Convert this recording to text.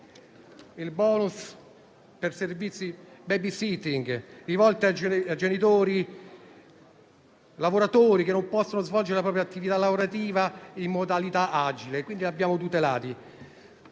il *bonus* per servizi di *babysitting* rivolti a genitori lavoratori che non possono svolgere la propria attività lavorativa in modalità agile e che quindi abbiamo tutelato.